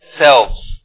selves